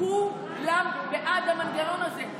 כולם בעד המנגנון הזה,